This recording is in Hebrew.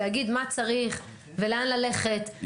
שיגיד מה צריך ולאן ללכת ומי המטפלים הטובים.